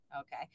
Okay